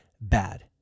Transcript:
bad